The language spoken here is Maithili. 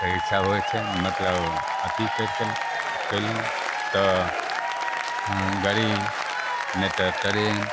तऽ ईसब ओहिसे मतलब अथी करिके कएलहुँ तऽ गाड़ी नहि तऽ ट्रेन